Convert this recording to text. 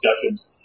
discussions